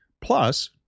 Plus